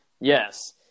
Yes